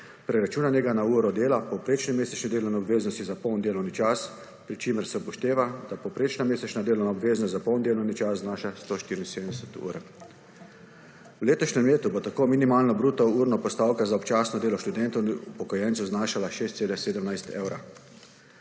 preračunanega na uro dela povprečne mesečne delovne obveznosti za poln delovni čas, pri čemer se upošteva, da povprečna mesečna delovna obveznost za poln delovni čas znaša 174 ur. V letošnjem letu bo tako minimalna bruto urna postavka za občasno delo študentov in upokojencev znašala 6,17 evra.